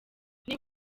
niba